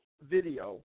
video